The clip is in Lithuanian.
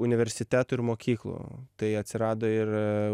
universitetų ir mokyklų tai atsirado ir